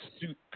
suit